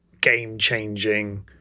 game-changing